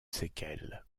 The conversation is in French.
séquelles